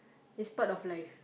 is part of life